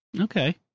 Okay